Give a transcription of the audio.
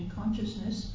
consciousness